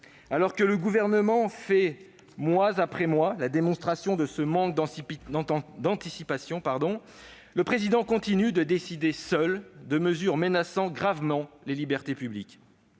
alors que le Gouvernement fait, mois après mois, la démonstration de son manque d'anticipation, le Président de la République continue de décider seul de mesures qui menacent gravement les libertés publiques.